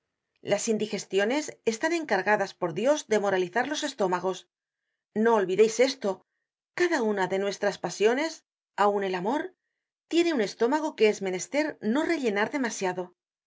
las indigestiones están encargadas por dios de moralizar los estómagos no olvideis esto cada una de nuestras pasiones aun el amor tiene un estómago que es menester no rellenar demasiado en